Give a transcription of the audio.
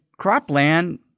cropland